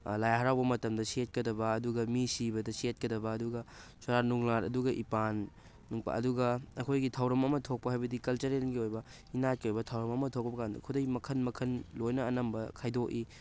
ꯂꯥꯏ ꯍꯔꯥꯎꯕ ꯃꯇꯝꯗ ꯁꯦꯠꯀꯗꯕ ꯑꯗꯨꯒ ꯃꯤ ꯁꯤꯕꯗ ꯁꯦꯠꯀꯗꯕ ꯑꯗꯨꯒ ꯁꯣꯔꯥꯠ ꯅꯨꯡꯂꯥꯠ ꯑꯗꯨꯒ ꯏꯄꯥꯟ ꯑꯗꯨꯒ ꯑꯩꯈꯣꯏꯒꯤ ꯊꯧꯔꯝ ꯑꯃ ꯊꯣꯛꯄ ꯍꯥꯏꯕꯗꯤ ꯀꯜꯆꯔꯦꯜꯒꯤ ꯑꯣꯏꯕ ꯏꯅꯥꯠꯀꯤ ꯑꯣꯏꯕ ꯊꯧꯔꯝ ꯑꯃ ꯊꯣꯛꯄ ꯀꯥꯟꯗ ꯈꯨꯗꯩ ꯃꯈꯟ ꯃꯈꯟ ꯂꯣꯏꯅ ꯑꯅꯝꯕ ꯈꯥꯏꯗꯣꯛꯏ